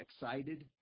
excited